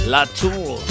Latour